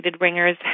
ringers